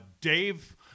Dave